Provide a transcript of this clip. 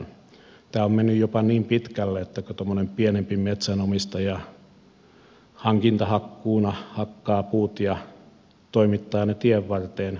tämä on mennyt jopa niin pitkälle että tuommoinen pienempi metsänomistaja hankintahakkuuna hakkaa puut ja toimittaa ne tien varteen